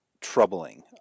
troubling